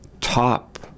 top